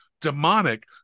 demonic